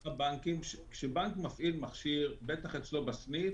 כשבנק מפעיל מכשיר, בטח אצלו בסניף,